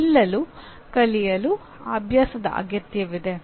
ನಿಲ್ಲಲು ಕಲಿಯಲು ಅಭ್ಯಾಸದ ಅಗತ್ಯವಿದೆ